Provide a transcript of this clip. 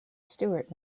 stewart